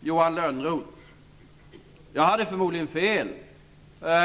Johan Lönnroth. Jag hade förmodligen fel.